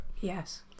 Yes